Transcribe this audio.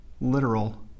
literal